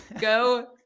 go